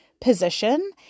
position